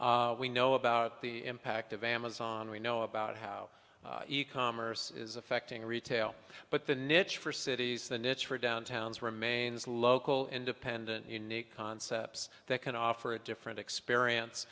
we know about the impact of amazon we know about how e commerce is affecting retail but the niche for cities the niche for downtowns remains local independent unique concepts that can offer a different experience